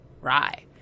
rye